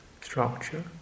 structure